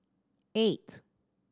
eight